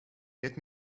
get